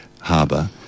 Harbour